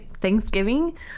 thanksgiving